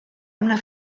una